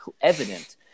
evident